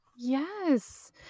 Yes